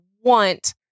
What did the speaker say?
want